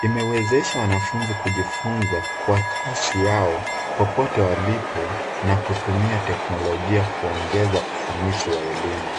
Imewezesha wanafunzi kujifunza kwa kasi yao popote walipo na kutumia teknolojia kuongeza ufanisi wa elimu.